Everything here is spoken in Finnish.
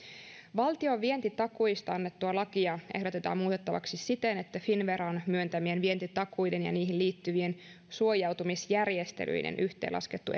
valtion vientitakuista annettua lakia ehdotetaan muutettavaksi siten että finnveran myöntämien vientitakuiden ja niihin liittyvien suojautumisjärjestelyjen yhteenlaskettu